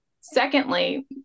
Secondly